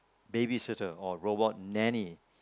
babysitter or robot nanny